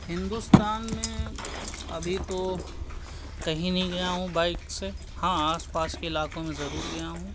ہندوستان میں ابھی تو کہیں نہیں گیا ہوں بائک سے ہاں آس پاس کے علاقوں میں ضرور گیا ہوں